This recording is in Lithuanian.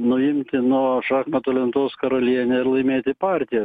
nuimti nuo šachmatų lentos karalienę ir laimėti partiją